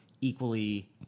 equally